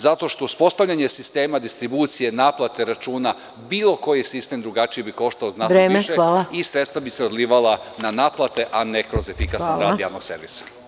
Zato što uspostavljanje sistema distribucije, naplate računa, bilo koji sistem drugačije bi koštao znatno više i sredstva bi se odlivala na naplate, a ne kroz efikasan rad javnog servisa.